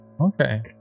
okay